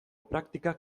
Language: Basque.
praktikak